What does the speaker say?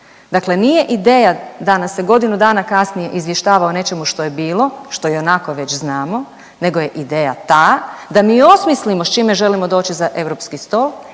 Dakle nije ideja da nas se godinu dana kasnije izvještava o nečemu što je bilo, što ionako već znamo nego je ideja ta da mi osmislimo s čime želimo doći za europski stol